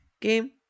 game